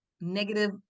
negative